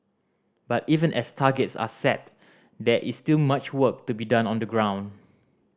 but even as targets are set there is still much work to be done on the ground